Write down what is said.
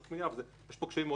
יש פה קשיים מאוד מורכבים,